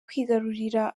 kwigarurira